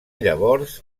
llavors